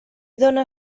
done